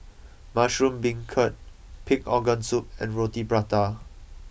Mushroom Beancurd Pig Organ Soup and Roti Prata